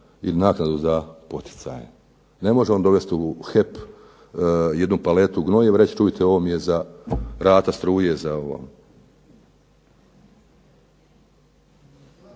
za, ili naknadu za poticaje. Ne može on dovesti u HEP jednu paletu gnojiva i reći čujte ovi mi je za ratu struje.